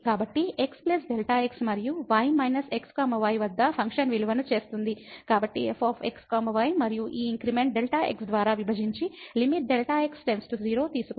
కాబట్టి x Δx మరియు y minus x y వద్ద ఫంక్షన్ విలువను చేస్తుంది కాబట్టి f x y మరియు ఈ ఇంక్రిమెంట్ Δx ద్వారా విభజించిΔx0 తీసుకుంటుంది